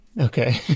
Okay